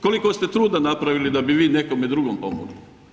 Koliko ste truda napravili da bi vi nekome drugom pomogli?